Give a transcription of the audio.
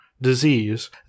disease